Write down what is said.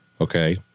Okay